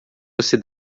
você